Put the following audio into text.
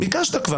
כבר ביקשת.